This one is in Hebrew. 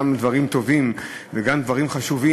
גם דברים טובים וגם דברים חשובים,